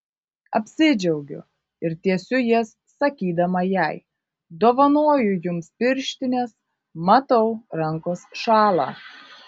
apsidžiaugiu ir tiesiu jas sakydama jai dovanoju jums pirštines matau rankos šąla